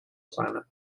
planet